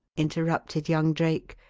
interrupted young drake,